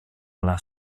alla